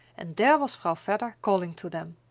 and there was vrouw vedder calling to them.